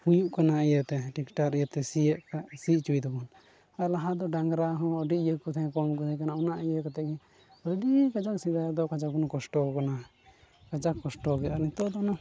ᱦᱩᱭᱩᱜ ᱠᱟᱱᱟ ᱤᱭᱟᱹᱛᱮ ᱴᱮᱠᱴᱟᱨ ᱤᱭᱟᱹᱛᱮ ᱥᱤᱭᱮᱫ ᱠᱟᱱ ᱥᱤ ᱦᱚᱪᱚᱭ ᱫᱟᱵᱚᱱ ᱟᱨ ᱞᱟᱦᱟ ᱫᱚ ᱰᱟᱝᱨᱟ ᱦᱚᱸ ᱟᱹᱰᱤ ᱤᱭᱟᱹ ᱠᱚ ᱠᱚᱢ ᱜᱮᱠᱚ ᱛᱟᱦᱮᱱᱟ ᱠᱟᱱᱟ ᱚᱱᱟ ᱤᱭᱟᱹ ᱠᱟᱛᱮᱫ ᱜᱮ ᱟᱹᱰᱤ ᱠᱟᱡᱟᱠ ᱥᱮᱫᱟᱭ ᱫᱚ ᱠᱟᱡᱟᱠ ᱵᱚᱱ ᱠᱚᱥᱴᱚ ᱠᱟᱱᱟ ᱠᱟᱡᱟᱠ ᱠᱚᱥᱴᱚ ᱜᱮ ᱟᱨ ᱱᱤᱛᱚᱜ ᱫᱚ ᱚᱱᱟ